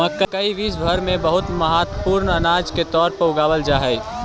मकई विश्व भर में बहुत महत्वपूर्ण अनाज के तौर पर उगावल जा हई